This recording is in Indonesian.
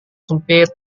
sempit